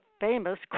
Famous